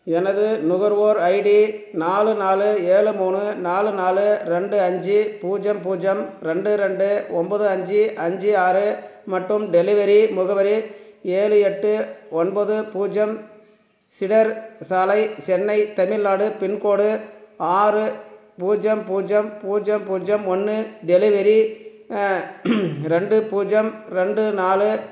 எனது நுகர்வோர் ஐடி நாலு நாலு ஏழு மூணு நாலு நாலு ரெண்டு அஞ்சு பூஜ்ஜியம் பூஜ்ஜியம் ரெண்டு ரெண்டு ஒம்போது அஞ்சு அஞ்சு ஆறு மற்றும் டெலிவரி முகவரி ஏழு எட்டு ஒன்பது பூஜ்ஜியம் சீடர் சாலை சென்னை தமிழ்நாடு பின்கோடு ஆறு பூஜ்ஜியம் பூஜ்ஜியம் பூஜ்ஜியம் பூஜ்ஜியம் ஒன்று டெலிவரி ரெண்டு பூஜ்ஜியம் ரெண்டு நாலு